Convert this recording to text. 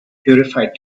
purified